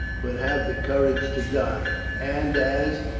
but have the courage to die and as,